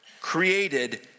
Created